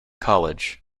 college